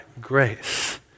grace